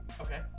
Okay